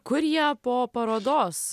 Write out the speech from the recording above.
kur jie po parodos